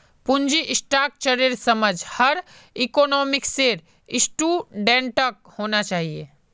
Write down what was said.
पूंजी स्ट्रक्चरेर समझ हर इकोनॉमिक्सेर स्टूडेंटक होना चाहिए